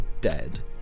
dead